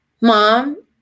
Mom